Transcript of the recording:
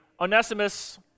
Onesimus